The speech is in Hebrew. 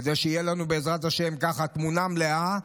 כדי שתהיה לנו תמונה מלאה,